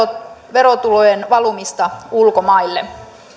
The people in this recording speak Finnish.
verotulojen valumista ulkomaille